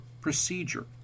procedure